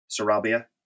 Sarabia